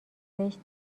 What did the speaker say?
زشت